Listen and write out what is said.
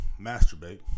masturbate